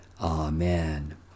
Amen